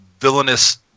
villainous